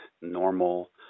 normal